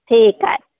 ठीकु आहे